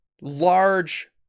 large